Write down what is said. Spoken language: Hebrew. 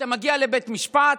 אתה מגיע לבית משפט,